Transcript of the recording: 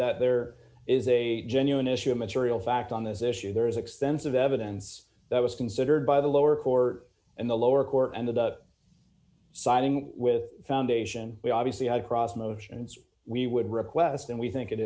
that there is a genuine issue of material fact on this issue there is extensive evidence that was considered by the lower court and the lower court and the siding with foundation we obviously had crossed motions we would request and we think it